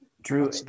Drew